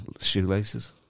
Shoelaces